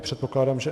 Předpokládám, že...